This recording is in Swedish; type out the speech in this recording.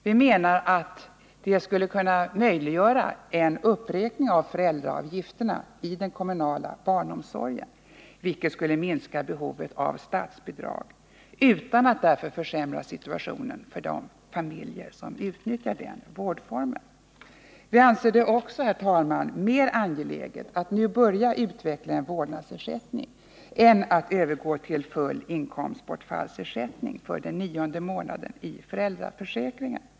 Vi menar att det skulle kunna möjliggöra en uppräkning av föräldraavgifterna i den kommunla barnomsorgen, vilket skulle minska behovet av statsbidrag utan att därför försämra situationen för de familjer som utnyttjar denna vårdform. Herr talman! Vi anser det mer angeläget att nu börja utveckla en vårdnadsersättning än att övergå till full inkomstbortfallsersättning för den nionde månaden i föräldraförsäkringen.